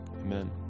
Amen